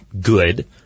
good